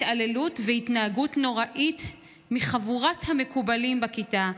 התעללות והתנהגות נוראית מחבורת המקובלים בכיתה,